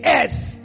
earth